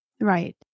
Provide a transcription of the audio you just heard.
Right